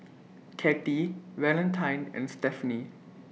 Cathey Valentine and Stephenie